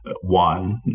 one